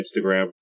Instagram